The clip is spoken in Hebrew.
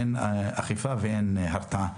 אכיפה ואין הרתעה.